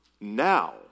Now